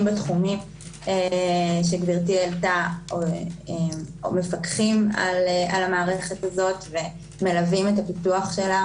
בתחומים האלה או מפקחים על המערכת הזאת ומלווים את פיתוחה.